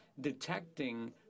detecting